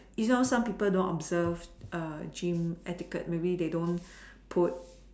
you know some people don't observe err gym etiquette you know maybe they don't put